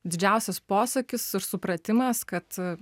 didžiausias posūkis ir supratimas kad